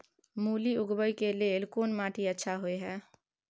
मूली उगाबै के लेल कोन माटी अच्छा होय है?